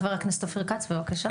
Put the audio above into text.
חבר הכנסת אופיר כץ, בבקשה.